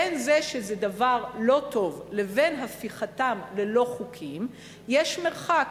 בין זה שזה דבר לא טוב לבין הפיכתם ללא-חוקיים יש מרחק.